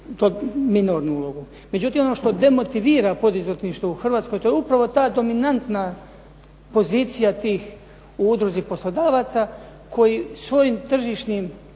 minornu ulogu. Međutim ono što demotivira poduzetništvo u Hrvatskoj, to je upravo ta dominantna pozicija tih u udruzi poslodavaca koji svojim tržišnim